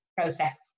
process